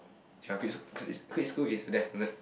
ya quit sch~ quit quit school is a definite